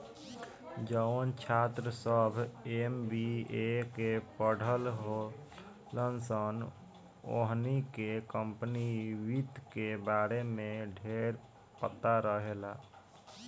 जवन छात्र सभ एम.बी.ए के पढ़ल होलन सन ओहनी के कम्पनी वित्त के बारे में ढेरपता रहेला